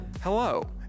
Hello